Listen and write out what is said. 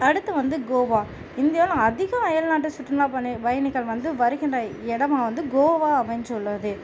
அடுத்து வந்து கோவா இந்தியாவில் அதிக அயல் நாட்டு சுற்றுலா பணி பயணிகள் வந்து வருகின்ற இடமா வந்து கோவா அமைஞ்சுள்ளது